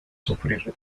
sufrir